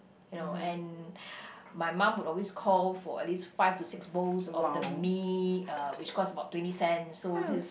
you know and my mum would always call for at least five to six bowls of the mee uh which cost about twenty cents so this